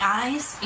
eyes